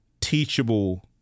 teachable